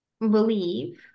believe